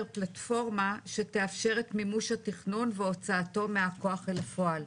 פלטפורמה שתאפשר את מימוש התכנון והוצאתו מהכוח אל הפועל.